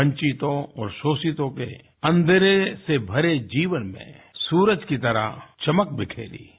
वंचितों और शोषितों के अंधेरे से भरे जीवन में लिए सूरज की तरह चमक बखेरी है